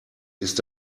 ist